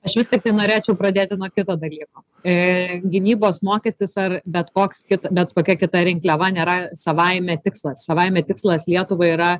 aš vis tiktai norėčiau pradėti nuo kito dalyko ė gynybos mokestis ar bet koks kita bet kokia kita rinkliava nėra savaime tikslas savaime tikslas lietuvai yra